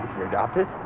adopted?